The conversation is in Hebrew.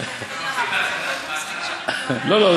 חברות